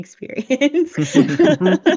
experience